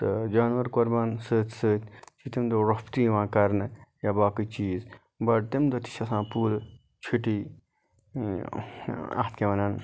تہٕ جانوَر قۅربان سۭتۍ سۭتۍ چھِ تمہِ دۄہہ روٚف تہِ یِوان کَرنہٕ یا باقٕے چیٖز بَٹ تَمہِ دۄہ تہِ چھِ آسان پوٗرٕ چھُٹی اَتھ کیٛاہ وَنان